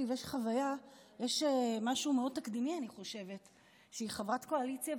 שהיא חברת קואליציה,